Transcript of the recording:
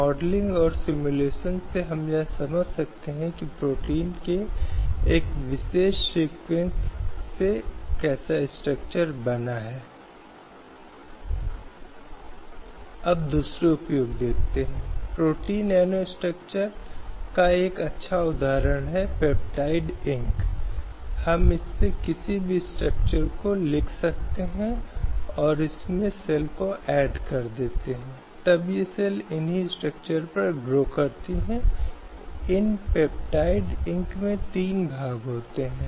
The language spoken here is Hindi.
फिर ऐसी स्थिति में राज्य के लिए यह उचित होगा कि वह सकारात्मक भेदभाव की अनुमति दे ऐसे सकारात्मक भेदभाव जो इन स्थितियों को सुधारने की कोशिश करते हैं जो कि लोगों के उस समूह के लिए मौजूद हैं और इसलिए भारतीय संविधान में महिलाओं और बच्चों के लिए विशेष प्रावधान स्वीकार्य हैं